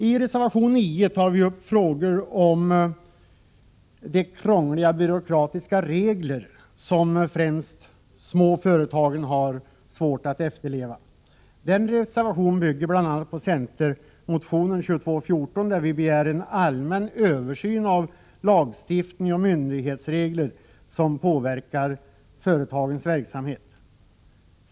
I reservation 9 tar vi upp frågor om de krångliga byråkratiska regler som främst de små företagen har svårt att efterleva. Den reservationen bygger bl.a. på centermotionen 2214 där vi begär en allmän översyn av lagstiftning och myndighetsregler som påverkar företagens verksamhet.